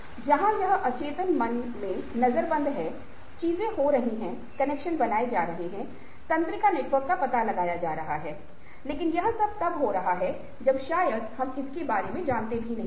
जहां यह अचेतन मन में नजरबंद है चीजें हो रही हैं कनेक्शन बनाए जा रहे हैं तंत्रिका नेटवर्क का पता लगाया जा रहा है लेकिन यह सब तब हो रहा है जब शायद हम इसके बारे में जानते भी नहीं हैं